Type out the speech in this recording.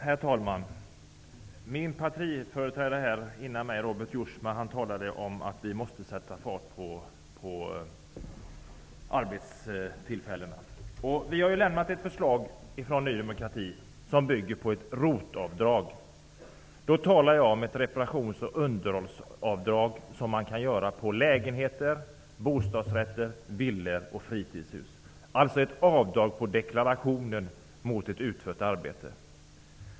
Herr talman! Min partiföreträdare Robert Jousma talade om att vi måste sätta fart för att öka arbetstillfällena. Vi har lämnat ett förslag från Ny demokrati som bygger på ett ROT-avdrag. Jag talar då om ett reparations och underhållsavdrag som kan göras på lägenheter, bostadsrätter, villor och fritidshus, dvs. ett avdrag i deklarationen för ett utfört arbete.